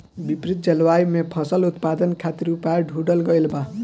विपरीत जलवायु में फसल उत्पादन खातिर उपाय ढूंढ़ल गइल बा